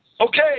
okay